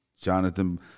Jonathan